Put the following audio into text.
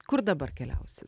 kur dabar keliausit